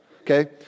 okay